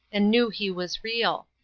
and knew he was real.